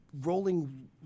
Rolling